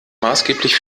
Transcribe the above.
maßgeblich